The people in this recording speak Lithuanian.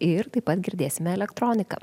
ir taip pat girdėsime elektroniką